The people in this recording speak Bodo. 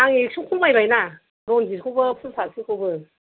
आं एकस' खमायबायना रनजित खौबो फुल फाख्रिखौबो